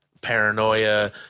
paranoia